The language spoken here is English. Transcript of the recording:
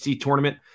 tournament